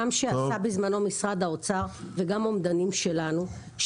גם שעשה בזמנו משרד האוצר וגם אומדנים שלנו,